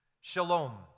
shalom